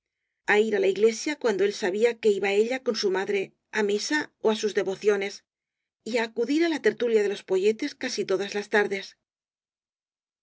á ir á la iglesia cuando él sabía que iba ella con su ma dre á misa ó á sus devociones y á acudir á la ter tulia de los poyetes casi todas las tardes